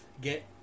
get